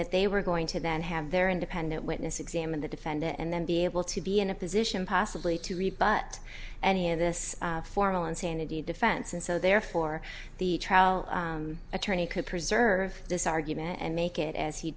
that they were going to then have their independent witness examine the defendant and then be able to be in a position possibly to rebut any of this formal insanity defense and so therefore the trial attorney could preserve this argument and make it as he